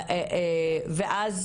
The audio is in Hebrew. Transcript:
ואז